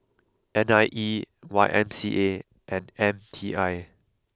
N I E Y M C A and M T I